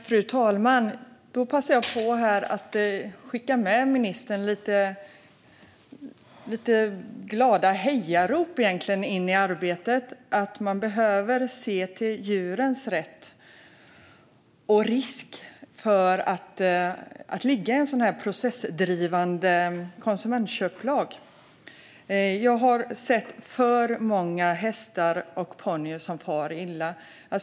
Fru talman! Jag passar på att skicka med ministern lite glada hejarop in i arbetet. Man behöver se till djurens rätt och risken med en processdrivande konsumentköplag. Jag har sett alltför många hästar och ponnyer som far illa.